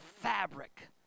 fabric